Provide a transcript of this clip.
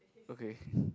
okay